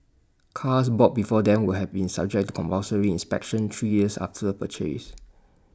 cars bought before then will have been subject to compulsory inspections three years after purchase